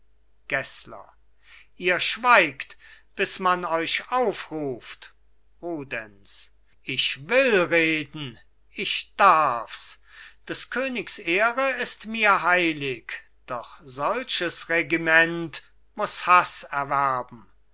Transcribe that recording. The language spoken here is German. gessler ihr schweigt bis man euch aufruft rudenz ich will reden ich darf's des königs ehre ist mir heilig doch solches regiment muss hass erwerben